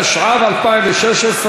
התשע"ו 2016,